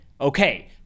Okay